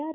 R